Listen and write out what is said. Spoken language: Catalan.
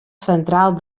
central